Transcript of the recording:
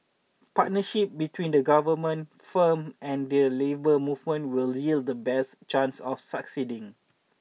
partnership between the Government firm and their labour movement will yield the best chance of succeeding